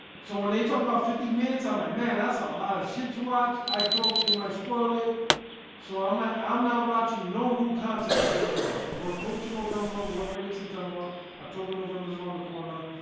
so when they talk about fifty minutes, i'm like man, that's ah a lot of shit to watch i felt in my spoil a so i'm not i'm not watching no new concept for this stranding. we're close to november we're already in september october november surround the corner.